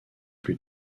plus